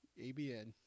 ABN